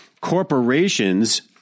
Corporations